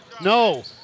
no